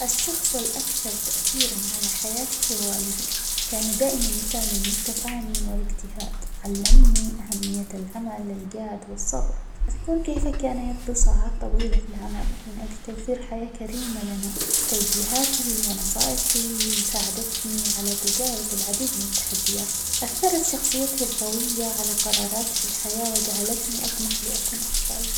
الشخص الأكثر تأثيرًا على حياتي هو والدي كان دائمًا مثالًا للتفاني، والاجتهاد علمني أهمية العمل الجاد والصبر، أذكر كيف كان يقضى ساعات طويلة في العمل من أجل توفير حياة كريمة لنا، توجيهاته ،ونصائحه ساعدتني على تجاوز العديد من التحديات ،أثرت شخصيته القوية على قراراتي في الحياة وجعلتني أطمح لأكون أفظل.